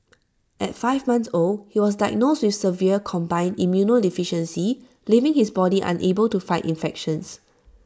at five months old he was diagnosed with severe combined immunodeficiency leaving his body unable to fight infections